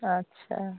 अच्छा